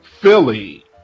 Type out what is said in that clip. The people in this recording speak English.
Philly